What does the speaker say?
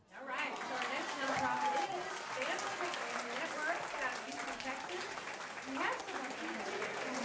right so our next nonprofit is family a family network out of houston texas we have someone from here